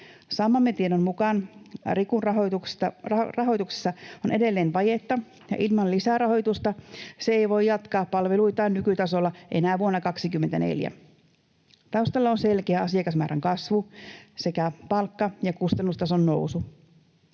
Saamamme tiedon mukaan Rikun rahoituksessa on edelleen vajetta ja ilman lisärahoitusta se ei voi jatkaa palveluitaan nykytasolla enää vuonna 24. Taustalla on selkeä asiakasmäärän kasvu sekä palkka- ja kustannustason nousu.